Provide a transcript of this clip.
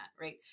right